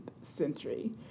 century